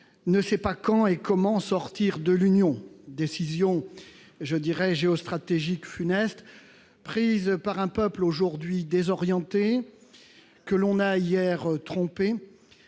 ne sait pas, quand et comment sortir de l'Union. Cette décision géostratégique funeste a été prise par un peuple aujourd'hui désorienté, que l'on a hier trompé,